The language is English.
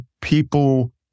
people